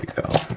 go,